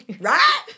right